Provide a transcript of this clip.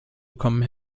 bekommen